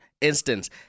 instance